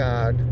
God